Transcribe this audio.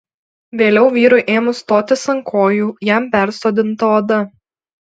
vėliau vyrui ėmus stotis ant kojų jam persodinta oda